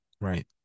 Right